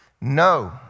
no